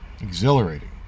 Exhilarating